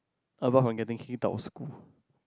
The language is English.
about from getting he top of school